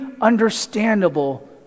understandable